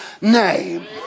name